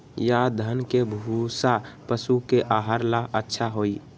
या धान के भूसा पशु के आहार ला अच्छा होई?